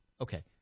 Okay